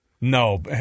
No